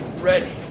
ready